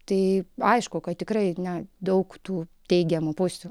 tai aišku kad tikrai na daug tų teigiamų pusių